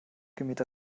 gemähte